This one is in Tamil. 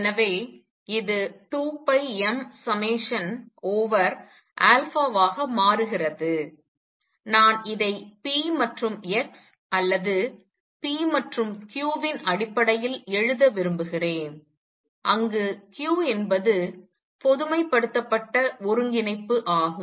எனவே இது 2 m சமேசன் ஓவர் வாக மாறுகிறது நான் இதை p மற்றும் x அல்லது p மற்றும் q வின் அடிப்படையில் எழுத விரும்புகிறேன் அங்கு q என்பது பொதுமைப்படுத்தப்பட்ட ஒருங்கிணைப்பு ஆகும்